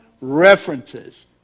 references